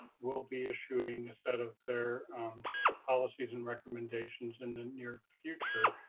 will be issuing a set of their policies and recommendations in the near future.